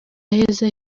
heza